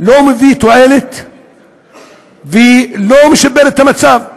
לא מביא תועלת ולא משפר את המצב.